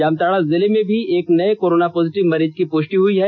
जमताड़ा जिले में भी एक नये कोरोना पॉजिटिव मरीज की पुष्टि हुई है